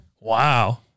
Wow